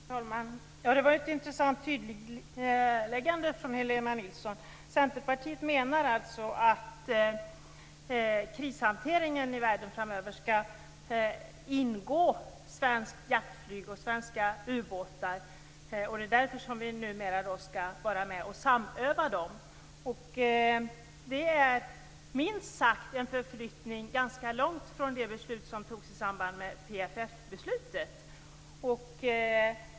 Herr talman! Det var ett intressant tydliggörande från Helena Nilsson. Centerpartiet menar alltså att det skall ingå svenskt jaktflyg och svenska ubåtar i krishanteringen i världen framöver och att det är därför vi numera skall vara med och samöva dem. Det är minst sagt en ganska lång förflyttning från det beslut som fattades i samband med PFF-beslutet.